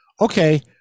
okay